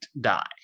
die